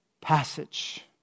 passage